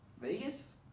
Vegas